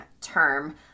term